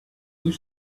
you